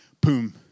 boom